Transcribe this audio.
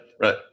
Right